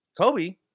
Kobe